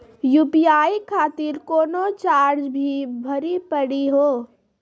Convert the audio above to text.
UPI खातिर कोनो charge भी भरी पड़ी हो?